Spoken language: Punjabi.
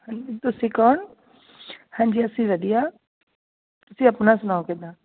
ਤੁਸੀਂ ਕੌਣ ਹਾਂਜੀ ਅਸੀਂ ਵਧੀਆ ਤੁਸੀਂ ਆਪਣਾ ਸੁਣਾਓ ਕਿੱਦਾਂ